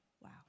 Wow